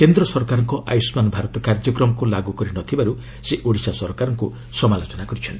କେନ୍ଦ୍ର ସରକାରଙ୍କ ଆୟୁଷ୍ମାନ ଭାରତ କାର୍ଯ୍ୟକ୍ରମକୁ ଲାଗୁ କରି ନ ଥିବାରୁ ସେ ଓଡିଶା ସରକାରଙ୍କୁ ମଧ୍ୟ ସମାଲୋଚନା କରିଛନ୍ତି